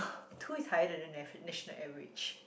two is higher than the national average